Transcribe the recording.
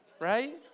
right